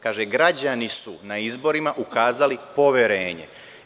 Kaže – građani su na izborima ukazali poverenje.